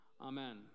Amen